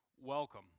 welcome